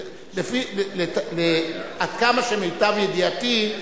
עד כמה שמיטב ידיעתי,